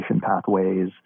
pathways